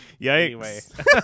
Yikes